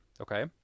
okay